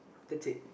that's it